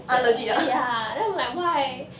!huh! legit ah